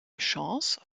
chance